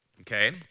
okay